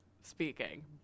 speaking